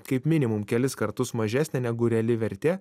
kaip minimum kelis kartus mažesnė negu reali vertė